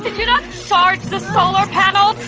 but you not charge the solar panels!